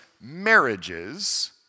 marriages